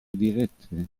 dirette